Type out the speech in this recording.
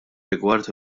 rigward